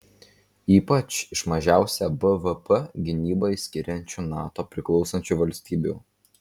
ypač iš mažiausią bvp gynybai skiriančių nato priklausančių valstybių